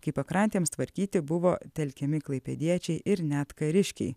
kai pakrantėms tvarkyti buvo telkiami klaipėdiečiai ir net kariškiai